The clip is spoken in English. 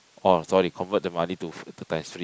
oh sorry convert the money to to times three